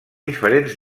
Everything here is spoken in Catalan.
diferents